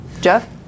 Jeff